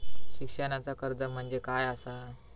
शिक्षणाचा कर्ज म्हणजे काय असा?